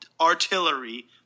Artillery